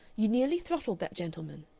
you nearly throttled that gentleman?